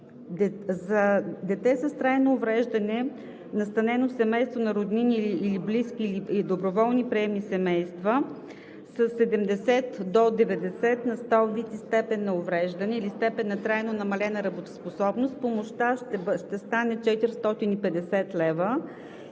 За дете с трайно увреждане, настанено в семейството на роднини или близки, или доброволни приемни семейства със 70 на сто до 90 на сто вид и степен на увреждане, или степен на трайно намалена работоспособност, помощта ще стане 450 лв.,